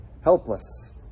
helpless